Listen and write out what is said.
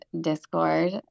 Discord